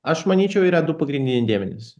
aš manyčiau yra du pagrindiniai dėmenys